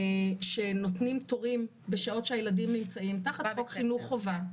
שנותנים תורים בשעות שהילדים נמצאים תחת חוק חינוך חובה,